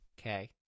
Okay